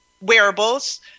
wearables